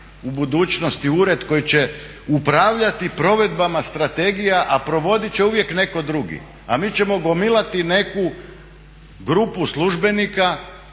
u budućnosti ured koji će upravljati provedbama strategija a provodit će uvijek netko drugi, a mi ćemo gomilati neku grupu službenika.